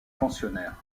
pensionnaires